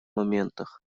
моментах